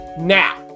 Now